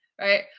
right